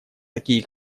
такие